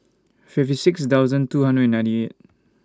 fifty six thousand two hundred and ninety eight